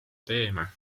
teeme